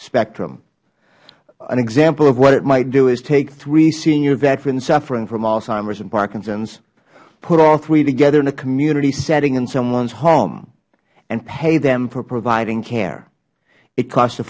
spectrum an example of what it might do is take three senior veterans suffering from alzheimers and parkinsons put all three together in a community setting in someones home and pay them for providing care it cost a